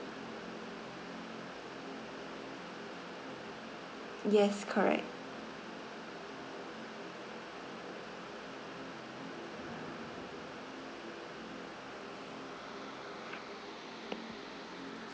yes correct